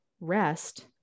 rest